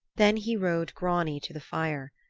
then he rode grani to the fire.